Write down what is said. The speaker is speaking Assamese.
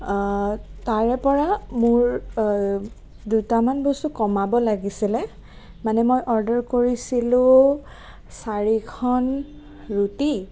তাৰে পৰা মোৰ দুটামান বস্তু কমাব লাগিছিলে মানে মই অৰ্ডাৰ কৰিছিলোঁ চাৰিখন ৰুটি